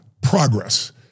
Progress